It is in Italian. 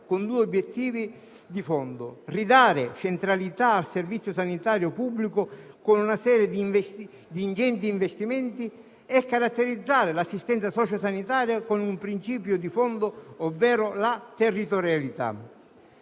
con due obiettivi di fondo: ridare centralità al Servizio sanitario pubblico con una serie di ingenti investimenti e caratterizzare l'assistenza socio-sanitaria con un principio di fondo, ovvero la territorialità.